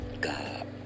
God